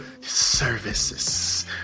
services